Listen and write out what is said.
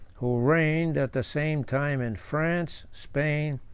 who reigned at the same time in france, spain,